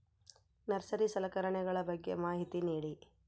Nursery ಸಲಕರಣೆಗಳ ಬಗ್ಗೆ ಮಾಹಿತಿ ನೇಡಿ?